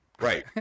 Right